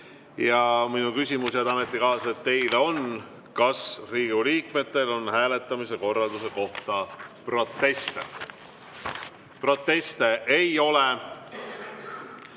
Ja minu küsimus, head ametikaaslased, teile on, kas Riigikogu liikmetel on hääletamise korraldamise kohta proteste. Proteste ei ole.